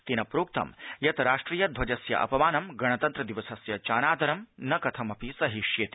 तेन प्रोक्त यत् राष्ट्रिय ध्वजस्य अपमानं गणतन्त्रदिवसस्य चानादरं न कथमपि सहिष्येते